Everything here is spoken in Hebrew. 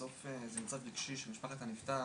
בסוף זה מצב אמוציונלי של משפחת הנפטר,